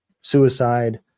suicide